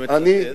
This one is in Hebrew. אתה מצטט?